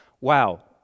Wow